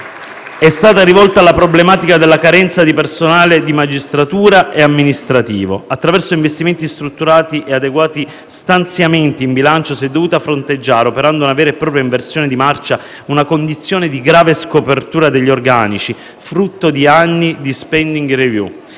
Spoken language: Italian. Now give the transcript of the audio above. è stata rivolta alla problematica della carenza di personale di magistratura e amministrativo attraverso investimenti strutturali e adeguati stanziamenti in bilancio. Si è dovuta fronteggiare, operando una vera e propria inversione di marcia, una condizione di grave scopertura degli organici, frutto di anni di *spending review*.